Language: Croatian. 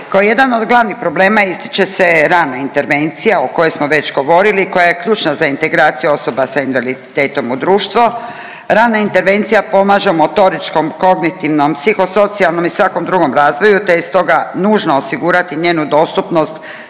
Kao jedan od glavnih problema ističe se rana intervencija o kojoj smo već govorili i koja je ključna za integraciju osoba sa invaliditetom u društvo. Rana intervencija pomaže u motoričkom, kognitivnom, psiho-socijalnom i svakom drugom razvoju te je stoga nužno osigurati njenu dostupnost